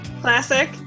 classic